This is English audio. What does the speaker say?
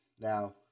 Now